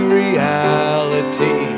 reality